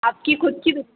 आपकी खुद की दुक़ान है